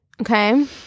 Okay